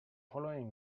following